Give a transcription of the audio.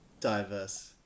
diverse